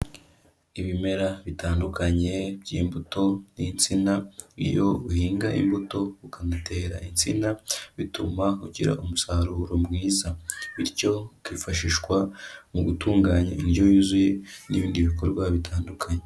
Ibimera bitandukanye by'imbuto n'insina, iyo uhinga imbuto ukanatera insina bituma ugira umusaruro mwiza, bityo ukifashishwa mu gutunganya indyo yuzuye n'ibindi bikorwa bitandukanye.